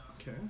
Okay